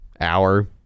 hour